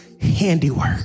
handiwork